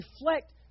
reflect